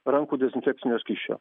rankų dezinfekcinio skysčio